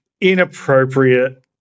inappropriate